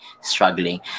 struggling